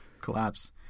collapse